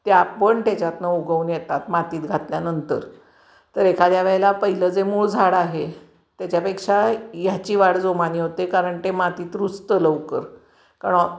त्या आपण त्याच्यातनं उगवून येतात मातीत घातल्यानंतर तर एखाद्या वेळेला पहिलं जे मूळ झाड आहे त्याच्यापेक्षा ह्याची वाढ जोमाने होते कारण ते मातीत रुजतं लवकर कारण